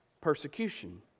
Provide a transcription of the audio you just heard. Persecution